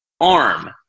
arm